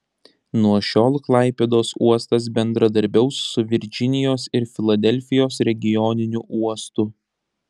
nuo šiol klaipėdos uostas bendradarbiaus su virdžinijos ir filadelfijos regioniniu uostu